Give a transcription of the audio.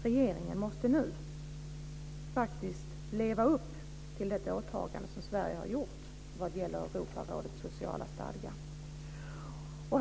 Regeringen måste nu leva upp till det åtagande som Sverige har gjort vad gäller Europarådets sociala stadga.